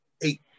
eight